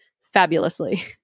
fabulously